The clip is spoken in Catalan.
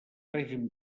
règim